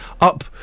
up